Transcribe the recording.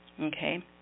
Okay